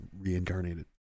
reincarnated